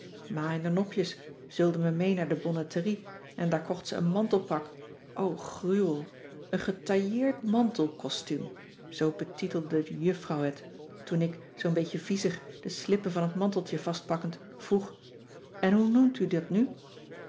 ma in d'r nopjes zeulde me mee naar de bonnetterie en daar kocht ze een mantelpak o gruwel een getailleerd mantelcostuum zoo betitelde de juffrouw het toen ik zoo'n beetje viezig de slippen van het manteltje vastpakkend vroeg en hoe noemt u dat nu